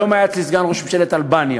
היום היה אצלי סגן ראש ממשלת אלבניה